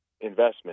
investment